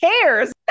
cares